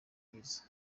byiza